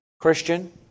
Christian